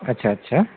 अच्छा अच्छा